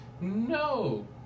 no